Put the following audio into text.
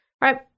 right